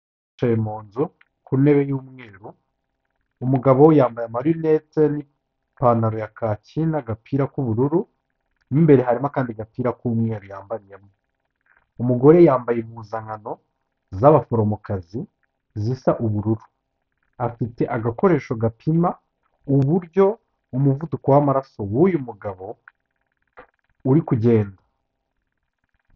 Yicaye mu nzu ku ntebe y'umweru umugabo yambaye marinete n'ipantaro ya kake n'agapira k'ubururu, mo imbere harimo akandi gapira k'umweru yambariyemo, umugore yambaye impuzankano z'abaforomokazi zisa ubururu, afite agakoresho gapima uburyo umuvuduko w'amaraso w'uyu mugabo uri kugenda.